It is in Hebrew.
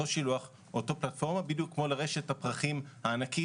אותו שילוח ואותה פלטפורמה בדיוק כמו לרשת הפרחים הענקית